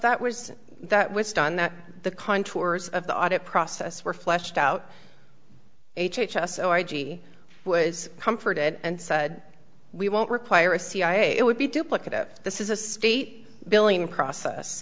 that was that was done that the contours of the audit process were flushed out h h s or g e was comforted and said we won't require a cia it would be duplicative this is a state billing process